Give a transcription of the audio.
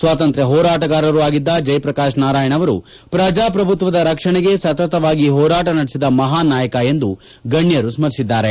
ಸ್ನಾತಂತ್ರ್ ಹೋರಾಟಗಾರರು ಆಗಿದ್ದ ಜಯಪ್ರಕಾಶ್ ನಾರಾಯಣ ಅವರು ಪ್ರಜಾಪ್ರಭುತ್ಲದ ರಕ್ಷಣೆಗೆ ಸತತವಾಗಿ ಹೋರಾಟ ನಡೆಸಿದ ಮಹಾನ್ ನಾಯಕ ಎಂದು ಗಣ್ಡರು ಸ್ತರಿಸಿದ್ದಾರೆ